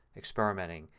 experimenting,